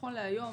נכון להיום,